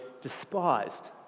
despised